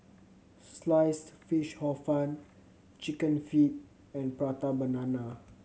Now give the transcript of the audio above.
Sliced Fish Hor Fun Chicken Feet and Prata Banana